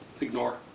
ignore